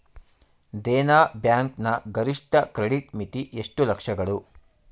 Dena bank ನ ಗರಿಷ್ಠ credit ಮಿತಿ ಎಷ್ಟು ಲಕ್ಷಗಳು?